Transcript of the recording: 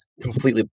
completely